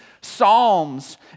psalms